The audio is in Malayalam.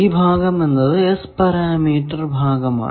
ഈ ഭാഗം എന്നത് S പാരാമീറ്റർ ഭാഗമാണ്